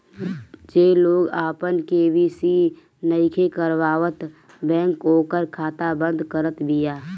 जे लोग आपन के.वाई.सी नइखे करावत बैंक ओकर खाता बंद करत बिया